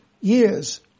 years